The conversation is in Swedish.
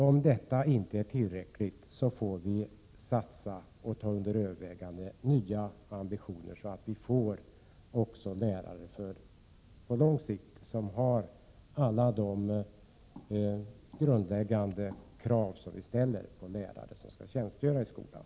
Om detta inte är tillräckligt får vi överväga att satsa på nya åtgärder, så att vi på lång sikt får lärare som uppfyller alla de grundläggande krav som vi ställer på lärare som skall tjänstgöra i skolan.